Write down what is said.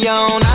on